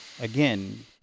Again